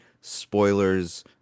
spoilers